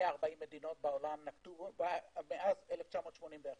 ש-140 מדינות בעולם נקטו בו מאז 1981,